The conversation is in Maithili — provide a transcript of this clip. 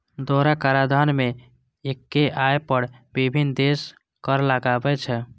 दोहरा कराधान मे एक्के आय पर विभिन्न देश कर लगाबै छै